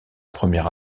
première